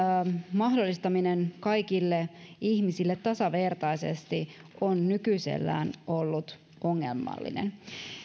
mahdollistaminen kaikille ihmisille tasavertaisesti on nykyisellään ollut ongelmallista